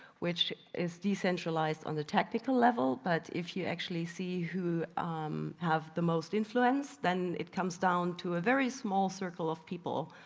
which is decentralised on a technical level but if you actually see who have the most influence then it comes down to a very small circle of people,